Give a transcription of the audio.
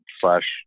slash